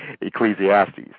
Ecclesiastes